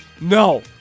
no